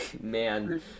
man